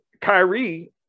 Kyrie